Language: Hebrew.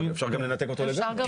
אפשר גם לנתק אותו לגמרי.